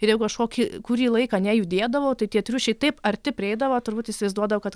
ir jeigu kažkokį kurį laiką nejudėdavau tai tie triušiai taip arti prieidavo turbūt įsivaizduodavo kad